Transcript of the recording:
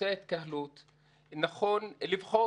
נכון לדחות.